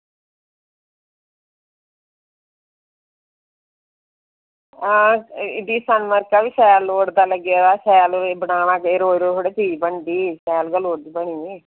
आं एह्दे सनमार्का बी शैल लोड़दा लग्गे दा लग्गे दा ते शैल बनाना रोज रोज थोह्ड़े चीज बनदी शैल गै बनानी